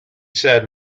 said